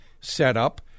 setup